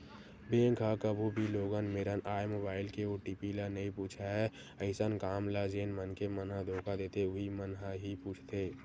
bank ह कभू भी लोगन मेरन आए मोबाईल के ओ.टी.पी ल नइ पूछय अइसन काम ल जेन मनखे मन ह धोखा देथे उहीं मन ह ही पूछथे